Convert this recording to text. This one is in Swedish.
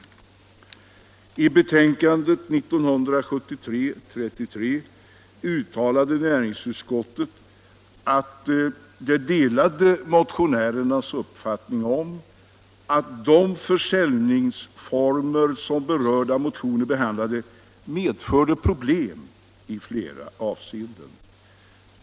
I sitt betänkande 1973:33 uttalade näringsutskottet att det delade motionärernas uppfattning att de försäljningsformer som berörda motioner behandlade medförde problem i flera avseenden.